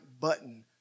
button